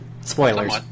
Spoilers